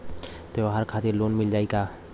त्योहार खातिर लोन मिल जाई का?